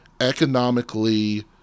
economically